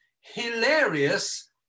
hilarious